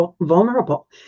vulnerable